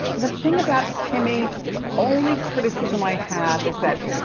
the thing about kimmy, the only criticism i have is that,